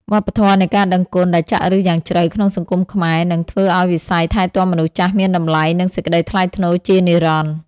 វប្បធម៌នៃការដឹងគុណដែលចាក់ឫសយ៉ាងជ្រៅក្នុងសង្គមខ្មែរ នឹងធ្វើឱ្យវិស័យថែទាំមនុស្សចាស់មានតម្លៃ និងសេចក្តីថ្លៃថ្នូរជានិរន្តរ៍។